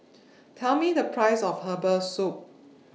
Tell Me The Price of Herbal Soup